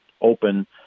open –